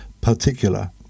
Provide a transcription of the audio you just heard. particular